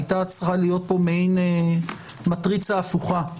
הייתה צריכה להיות פה מעין מטריצה הפוכה,